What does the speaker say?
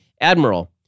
Admiral